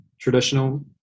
traditional